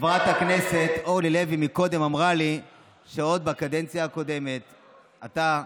חברת הכנסת אורלי לוי קודם אמרה לי שעוד בקדנציה הקודמת אתה,